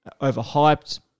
overhyped